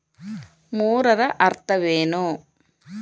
ಮೂರರ ಅರ್ಥವೇನು?